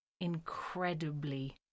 incredibly